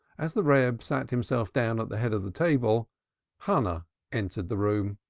as the reb sat himself down at the head of the table hannah entered the room.